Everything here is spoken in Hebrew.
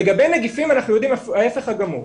לגבי נגיפים אנחנו יודעים ההפך הגמור.